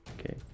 Okay